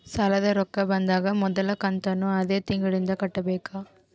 ಸಾಲದ ರೊಕ್ಕ ಬಂದಾಗ ಮೊದಲ ಕಂತನ್ನು ಅದೇ ತಿಂಗಳಿಂದ ಕಟ್ಟಬೇಕಾ?